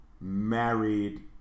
married